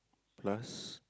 last